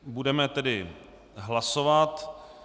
Budeme tedy hlasovat.